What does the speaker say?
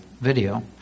video